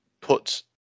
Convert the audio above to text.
put